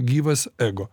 gyvas ego